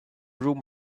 room